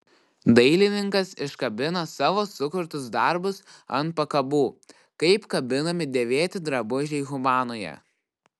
dailininkas iškabina savo sukurtus darbus ant pakabų kaip kabinami dėvėti drabužiai humanoje